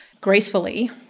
gracefully